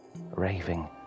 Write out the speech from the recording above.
raving